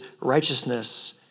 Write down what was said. righteousness